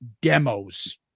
demos